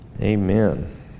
Amen